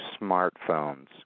smartphones